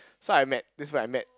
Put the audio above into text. so I met this where I met